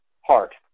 heart